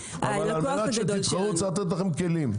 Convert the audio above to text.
אבל על מנת שתתחרו צריך לתת לכם כלים.